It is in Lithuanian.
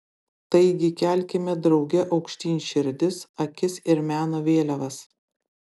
taigi kelkime drauge aukštyn širdis akis ir meno vėliavas